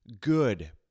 good